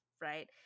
right